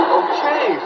okay